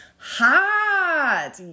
Hot